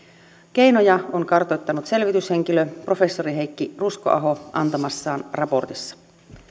keinoja on kartoittanut selvityshenkilö professori heikki ruskoaho antamassaan raportissa